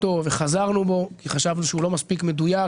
וחזרנו בנו כי חשבנו שהוא לא מספיק מדויק